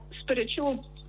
spiritual